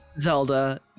zelda